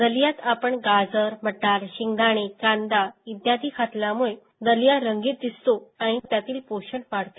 दलियात आपण गाजर मटार शेंगदाणे कांदा इत्यादी घातल्यामुळे दलिया रंगीत दिसतो आणि त्यातील पोषण वाढते